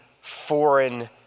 foreign